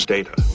Data